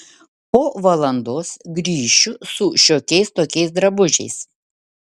po valandos grįšiu su šiokiais tokiais drabužiais